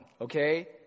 okay